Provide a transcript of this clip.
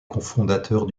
cofondateurs